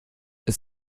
ist